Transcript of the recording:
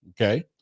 Okay